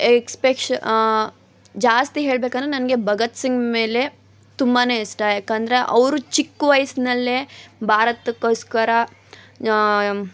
ಎಕ್ಸ್ಪೆಷ್ ಜಾಸ್ತಿ ಹೇಳ್ಬೇಕಂದ್ರೆ ನನಗೆ ಭಗತ್ ಸಿಂಗ್ ಮೇಲೆ ತುಂಬಾ ಇಷ್ಟ ಯಾಕಂದರೆ ಅವರು ಚಿಕ್ಕ ವಯಸ್ಸಿನಲ್ಲೇ ಭಾರತಕ್ಕೋಸ್ಕರ